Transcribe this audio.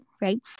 right